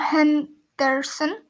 Henderson